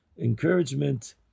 encouragement